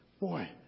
Boy